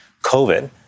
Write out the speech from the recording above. covid